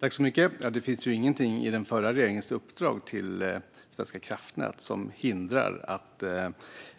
Herr talman! Det finns ingenting i den förra regeringens uppdrag till Svenska kraftnät som hindrar att